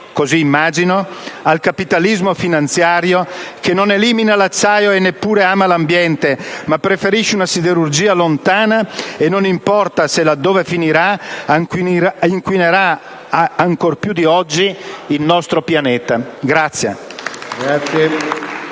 così immagino - al capitalismo finanziario che non elimina l'acciaio e neppure ama l'ambiente, ma preferisce una siderurgia lontana e non importa se, laddove finirà, inquinerà ancor più di oggi il nostro pianeta.